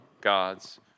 God's